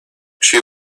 she